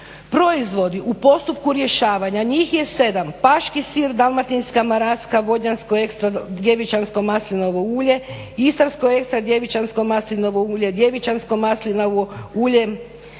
Proizvodi u postupku rješavanja njih je 7: paški sir, dalmatinska maraska, vodnjansko ekstra djevičansko maslinovo ulje, istarsko ekstra djevičansko maslinovo ulje, djevičansko maslinovo ulje